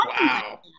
Wow